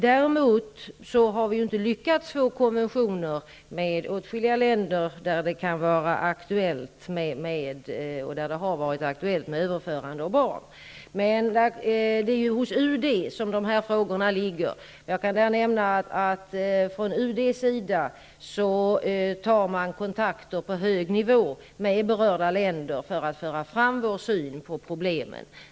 Däremot har vi inte lyckats få till stånd konventioner med åtskilliga länder där det har varit aktuellt med överförande av barn. Dessa frågor ligger hos UD. Jag kan nämna att man från UD:s sida tar kontakt på hög nivå med berörda länder för att föra fram vår syn på problemen.